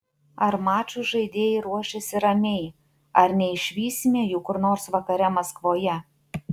ar mačui žaidėjai ruošiasi ramiai ar neišvysime jų kur nors vakare maskvoje